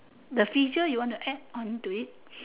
the feature you want to add onto it